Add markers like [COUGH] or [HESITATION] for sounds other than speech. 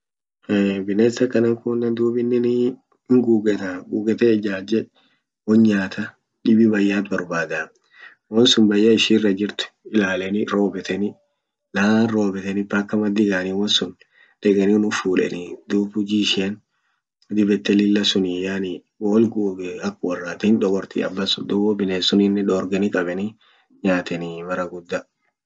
[HESITATION] bines akanan kune dub inin hingugeta ,gugete ijaje won nyata dibi bayat borbada wonsun baya ishira jirti ilaaleni robeteni laan robeteni paka maddi gani wonsun deqeni onum fudeni dub hujia ishian dib yette lilla suni yani wol gurti ak worrat hindogorti abasun dub ho bines sunine dorgani qabani nyatini mara gudda.